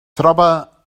troba